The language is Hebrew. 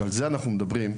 שעל זה אנחנו מדברים,